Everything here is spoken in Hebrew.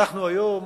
היום